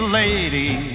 lady